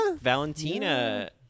Valentina